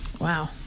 wow